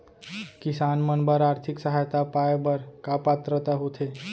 किसान मन बर आर्थिक सहायता पाय बर का पात्रता होथे?